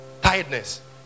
Tiredness